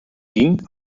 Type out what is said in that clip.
ging